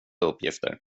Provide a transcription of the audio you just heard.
uppgifter